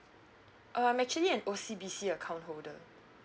um actually I'm O_C_B_C account holder